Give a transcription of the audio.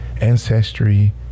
Ancestry